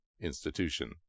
institution